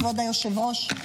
כבוד היושב-ראש,